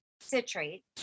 citrate